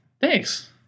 Thanks